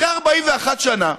אחרי 41 שנה,